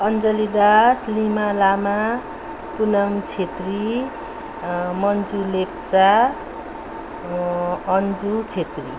Anjali Das Lima Lama Punam Chhetri Manju Lepcha Anju Chhetri